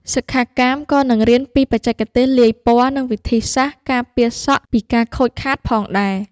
សិក្ខាកាមក៏នឹងរៀនពីបច្ចេកទេសលាយពណ៌ និងវិធីសាស្រ្តការពារសក់ពីការខូចខាតផងដែរ។